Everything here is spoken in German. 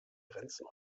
grenzen